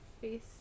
face